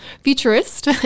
futurist